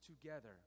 together